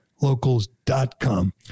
Locals.com